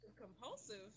Compulsive